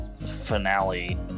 finale